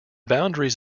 boundaries